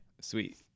Sweet